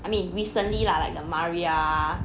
I mean recently lah like the maria